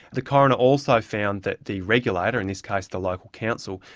the coroner also found that the regulator, in this case the local council,